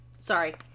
Sorry